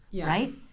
right